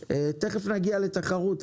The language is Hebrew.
תיכף נגיע לתחרות,